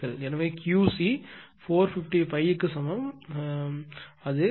எனவே QC 455 க்கு சமம் 1